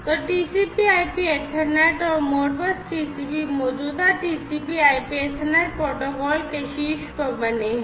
तो TCPIP Ethernet और Modbus TCP मौजूदा TCPIP ईथरनेट प्रोटोकॉल के शीर्ष पर बने हैं